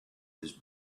his